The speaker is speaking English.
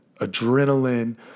Adrenaline